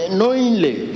knowingly